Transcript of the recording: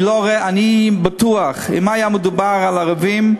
אני בטוח שאם היה מדובר על ערבים,